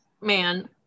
man